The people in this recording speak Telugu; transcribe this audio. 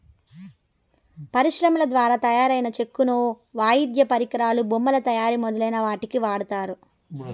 పరిశ్రమల ద్వారా తయారైన చెక్కను వాయిద్య పరికరాలు, బొమ్మల తయారీ మొదలైన వాటికి వాడతారు